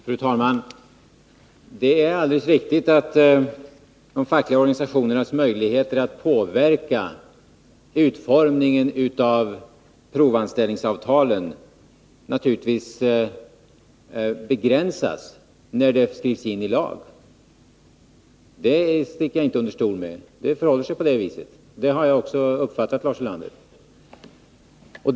Fru talman! Det är alldeles riktigt att de fackliga organisationernas möjligheter att påverka utformningen av provanställningsavtalen begränsas när de skrivs in i lag. Det sticker jag inte under stol med, det förhåller sig på det viset. Det har jag också uppfattat, Lars Ulander.